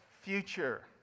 future